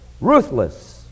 ruthless